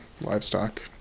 livestock